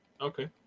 Okay